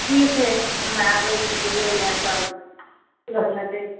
ठीक हइ हम आबै छिकै लैलए तब लै लेबै